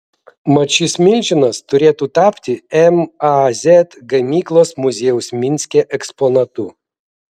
mat šis milžinas turėtų tapti maz gamyklos muziejaus minske eksponatu